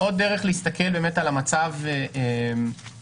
עוד דרך להסתכל על המצב בישראל,